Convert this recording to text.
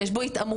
שיש בו התעמרויות,